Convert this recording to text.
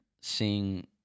seeing